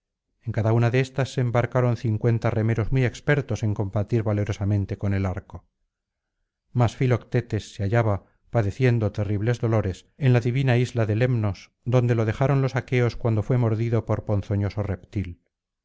en cada una de éstas se embarcaron cincuenta remeros muy expertos en combatir valerosamente con el arco mas filoctetes se hallaba padeciendo terribles dolores en la divina isla de lemnos donde lo dejaron los aqueos cuando fué mordido por ponzoñoso reptil